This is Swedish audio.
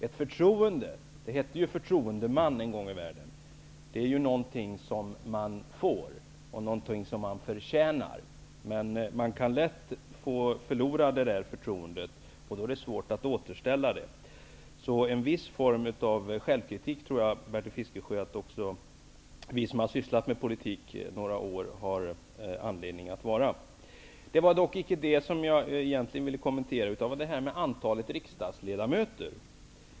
Ett förtroende -- begreppet förtroendeman fanns ju en gång i världen -- är någonting som man får och någonting som man förtjänar. Men det är lätt att det förtroendet förloras, och då är det svårt att återställa det. En viss form av självkritik, Bertil Fiskesjö, tror jag att också vi som har sysslat med politik några år har anledning att visa. Det var dock inte det som jag egentligen ville kommentera, utan vad jag ville ta upp var frågan om antalet riksdagsledamöter.